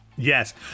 Yes